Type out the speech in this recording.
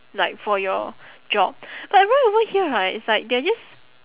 like for your job but right over here right it's like they are just